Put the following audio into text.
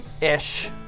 ish